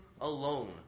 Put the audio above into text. alone